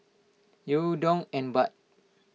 Yen Dong and Baht